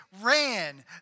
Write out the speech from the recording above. ran